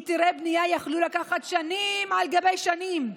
היתרי בנייה יכלו לקחת שנים על גבי שנים,